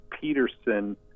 Peterson